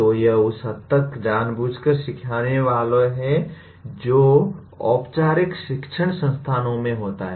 तो यह उस हद तक जानबूझकर सीखने वाला है जो औपचारिक शिक्षण संस्थानों में होता है